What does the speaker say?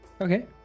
Okay